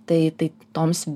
tai tai toms